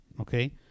okay